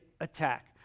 attack